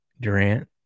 Durant